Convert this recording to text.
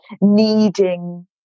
needing